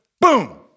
boom